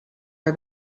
are